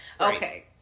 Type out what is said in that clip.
Okay